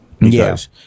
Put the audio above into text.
Yes